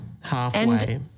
Halfway